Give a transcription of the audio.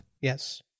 yes